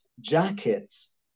jackets